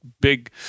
big